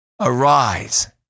Arise